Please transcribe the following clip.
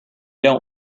dont